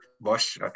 Bush